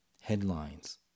Headlines